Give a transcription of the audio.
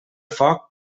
foc